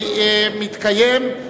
מתקיימת,